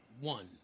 one